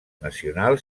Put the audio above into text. nacional